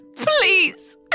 Please